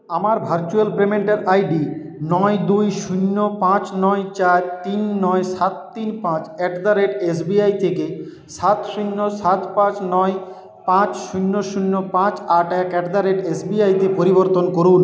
আমার ভার্চুয়াল পেমেন্টের I D নয় দুই শূন্য পাঁচ নয় চার তিন নয় সাত তিন পাঁচ at the rate S B I থেকে সাত শূন্য সাত পাঁচ নয় পাঁচ শূন্য শূন্য পাঁচ আট এক at the rate S B I তে পরিবর্তন করুন